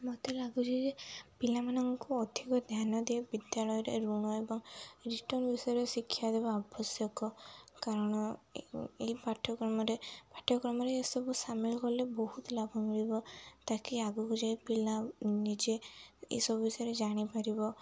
ମୋତେ ଲାଗୁଛି ଯେ ପିଲାମାନଙ୍କୁ ଅଧିକ ଧ୍ୟାନ ଦିଅ ବିଦ୍ୟାଳୟରେ ଋଣ ଏବଂ ରିଟର୍ନ ବିଷୟରେ ଶିକ୍ଷା ଦେବା ଆବଶ୍ୟକ କାରଣ ଏହି ପାଠ୍ୟକ୍ରମରେ ପାଠ୍ୟକ୍ରମରେ ଏସବୁ ସାମିଲ କଲେ ବହୁତ ଲାଭ ମିଳିବ ତାକି ଆଗକୁ ଯାଇ ପିଲା ନିଜେ ଏସବୁ ବିଷୟରେ ଜାଣିପାରିବ